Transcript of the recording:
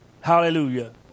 Hallelujah